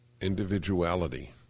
Individuality